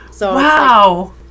Wow